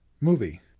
movie